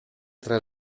tra